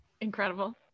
Incredible